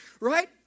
Right